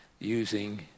using